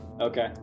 Okay